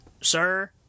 sir